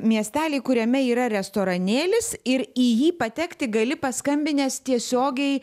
miestelį kuriame yra restoranėlis ir į jį patekti gali paskambinęs tiesiogiai